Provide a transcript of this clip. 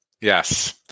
Yes